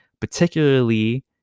particularly